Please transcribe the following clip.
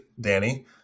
Danny